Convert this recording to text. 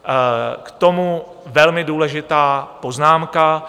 K tomu velmi důležitá poznámka.